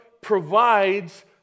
provides